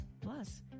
Plus